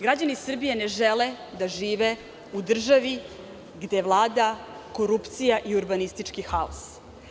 Građani Srbije ne žele da žive u državi gde vlada korupcija i urbanistički haos.